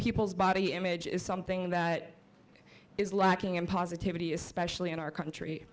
people's body image is something that is lacking in positivity especially in our country